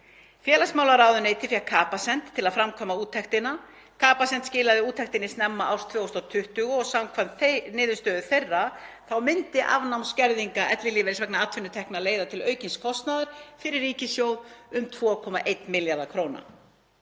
Félagsmálaráðuneyti fékk Capacent til að framkvæma úttektina. Capacent skilaði úttektinni snemma árs 2020. Samkvæmt niðurstöðum Capacent myndi afnám skerðinga ellilífeyris vegna atvinnutekna leiða til aukins kostnaðar fyrir ríkissjóð um 2,1 milljarð kr.“